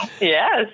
Yes